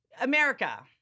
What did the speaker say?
America